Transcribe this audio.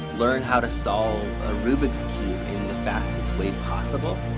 learn how to solve a rubik's cube in the fastest way possible?